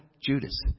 Judas